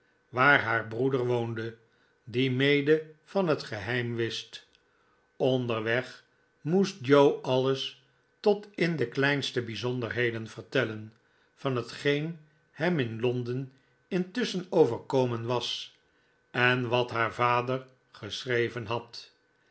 waar haar broeder woonde die mede van het geheim wist onderweg moest joe alles tot in de kleinste bijzonderheden vertellen van hetgeen hem in l on den intusschen overkomen was en wat haar vader geschreven had